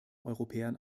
europäern